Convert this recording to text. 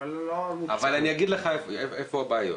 אבל אני אגיד לך איפה הבעיות.